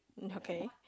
mm okay